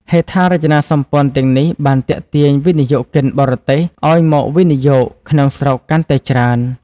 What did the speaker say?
ហេដ្ឋារចនាសម្ព័ន្ធទាំងនេះបានទាក់ទាញវិនិយោគិនបរទេសឱ្យមកវិនិយោគក្នុងស្រុកកាន់តែច្រើន។